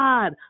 God